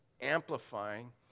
amplifying